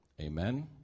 Amen